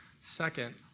Second